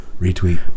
Retweet